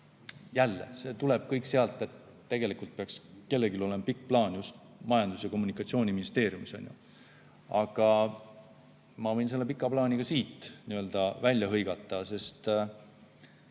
jälle, see tuleb kõik sealt –, et kellelgi peaks olema pikk plaan just Majandus‑ ja Kommunikatsiooniministeeriumis. Aga ma võin selle pika plaani ka siit välja hõigata. Eesti